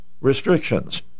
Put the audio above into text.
restrictions